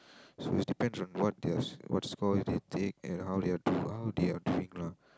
so it's depend on what their what score they take and how they are do how they are doing lah